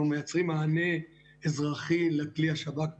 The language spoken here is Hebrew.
מייצרים מענה אזרחי לכלי השב"כ בקורונה.